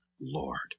Lord